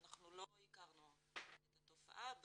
אנחנו לא הכרנו את התופעה.